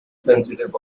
sensitive